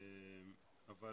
אבל